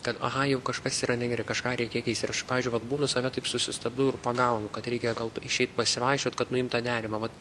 kad aha jau kažkas yra negerai kažką reikia keisti ir aš pavyzdžiui vat būnu save taip susistabdau ir pagaunu kad reikia gal išeit pasivaikščiot kad nuimt tą nerimą vat